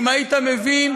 אם היית מבין,